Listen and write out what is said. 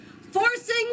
Forcing